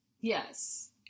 Yes